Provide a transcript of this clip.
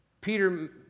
Peter